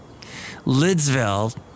Lidsville